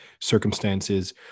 circumstances